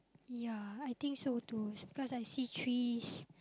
ya I think so too because I see trees